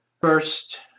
first